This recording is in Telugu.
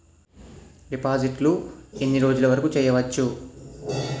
డిపాజిట్లు ఎన్ని రోజులు వరుకు చెయ్యవచ్చు?